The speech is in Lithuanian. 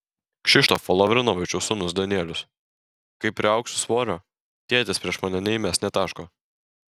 kšištofo lavrinovičiaus sūnus danielius kai priaugsiu svorio tėtis prieš mane neįmes nė taško